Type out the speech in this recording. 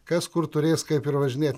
kas kur turės kaip ir važinėt